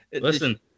listen